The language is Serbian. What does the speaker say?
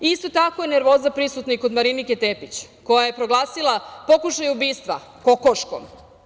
Isto tako, nervoza je prisutna i kod Marinike Tepić, koja je proglasila pokušaj ubistva kokoškom.